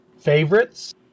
favorites